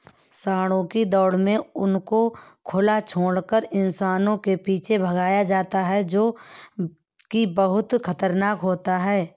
सांडों की दौड़ में उनको खुला छोड़कर इंसानों के पीछे भगाया जाता है जो की बहुत खतरनाक होता है